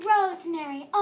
Rosemary